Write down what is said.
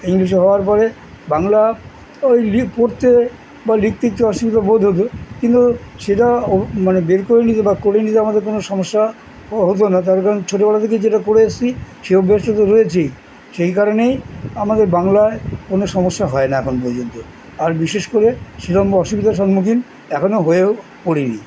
ইংলিশে হওয়ার পরে বাংলা ওই লিখ পড়তে বা লিখতে একটু অসুবিধা বোধ হতো কিন্তু সেটা মানে বের করে নিতে বা করে নিতে আমাদের কোনো সমস্যা হতো না তার কারণ ছোটবেলা থেকে যেটা করে এসেছি সে অভ্যেসটা তো রয়েছেই সেই কারণেই আমাদের বাংলায় কোনও সমস্যা হয় না এখন পর্যন্ত আর বিশেষ করে সেরকম অসুবিধার সম্মুখীন এখনো হয়েও পড়িনি